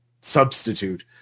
substitute